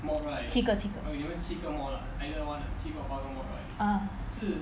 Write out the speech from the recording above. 七个七个 ah